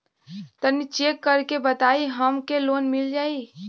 तनि चेक कर के बताई हम के लोन मिल जाई?